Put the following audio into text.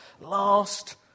last